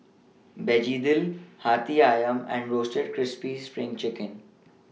Begedil Hati Ayam and Roasted Crispy SPRING Chicken